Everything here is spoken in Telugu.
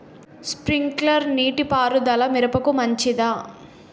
స్ప్రింక్లర్ నీటిపారుదల మిరపకు మంచిదా?